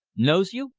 knows you?